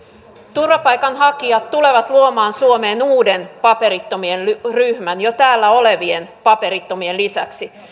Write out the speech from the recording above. turvapaikanhakijat tulevat luomaan suomeen uuden paperittomien ryhmän jo täällä olevien paperittomien lisäksi